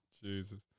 Jesus